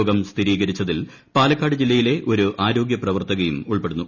രോഗം സ്ഥിരീകരിച്ചതിൽ പാലക്കാട് ജില്ലയിലെ ഒരു ആരോഗ്യ പ്രവർത്തകയും ഉൾപ്പെടുന്നു